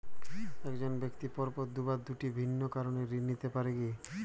এক জন ব্যক্তি পরপর দুবার দুটি ভিন্ন কারণে ঋণ নিতে পারে কী?